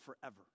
forever